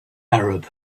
arab